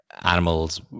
animals